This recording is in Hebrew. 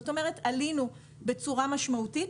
זאת אומרת, עלינו בצורה משמעותית.